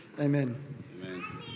Amen